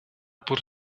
por